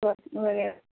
وغیرہ